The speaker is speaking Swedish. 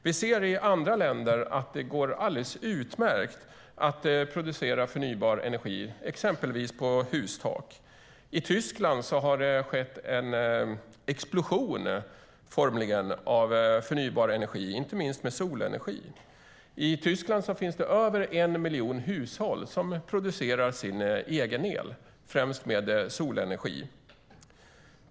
Vi ser i andra länder att det går utmärkt att producera förnybar energi exempelvis på hustak. I Tyskland har det skett en formlig explosion av förnybar energi, inte minst av solenergi. I Tyskland producerar över en miljon hushåll sin egen el, främst med solenergi.